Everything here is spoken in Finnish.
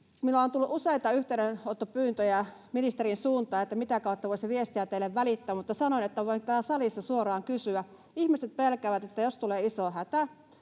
Minulle on tullut useita yhteydenottopyyntöjä ministerin suuntaan, että mitä kautta voisi viestiä teille välittää, mutta sanoin, että voin täällä salissa suoraan kysyä. Ihmiset pelkäävät, että jos tulee iso hätä,